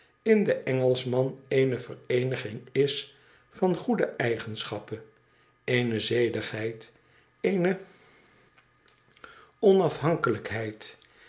in den engelschman eene vereeniging is van goede eigenschappen eene zedigheid eene onafhankelijkheid